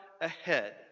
ahead